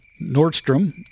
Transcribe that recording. Nordstrom